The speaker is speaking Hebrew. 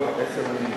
לא, עשר מלים.